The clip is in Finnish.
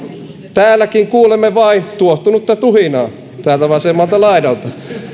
täälläkin kuulemme vain tuohtunutta tuhinaa täältä vasemmalta laidalta